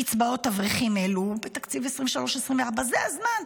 קצבאות אברכים העלו בתקציב 2023 2024. זה הזמן,